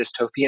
dystopian